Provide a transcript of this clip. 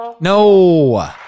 No